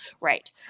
Right